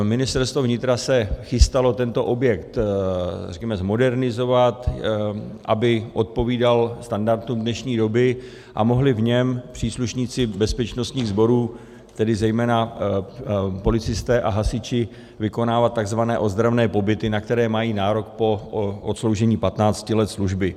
Ministerstvo vnitra se chystalo tento objekt zmodernizovat, aby odpovídal standardům dnešní doby a mohli v něm příslušníci bezpečnostních sborů, tedy zejména policisté a hasiči, vykonávat takzvané ozdravné pobyty, na které mají nárok po odsloužení 15 let služby.